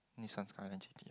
Nissan Skyline G_T_R